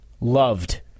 loved